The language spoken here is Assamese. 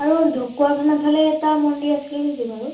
আৰু ঢকুৱাখানাফালে এটা মন্দিৰ আছিলে নেকি বাৰু